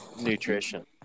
nutrition